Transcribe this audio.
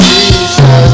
Jesus